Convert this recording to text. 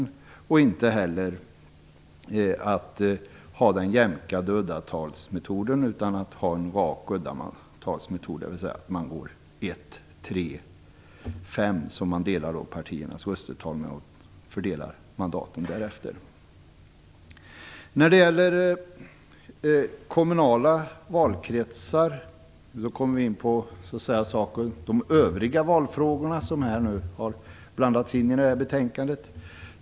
Det finns inte heller något skäl att använda den jämkade uddatalsmetoden i stället för en rak uddatalsmetod, dvs. att man delar partiernas röstetal med 1, 3, 5 och fördelar mandaten därefter. När vi talar om kommunala valkretsar så kommer vi in på de övriga valfrågor som har blandats in i det här betänkandet.